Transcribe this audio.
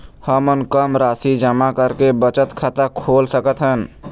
हमन कम राशि जमा करके बचत खाता खोल सकथन?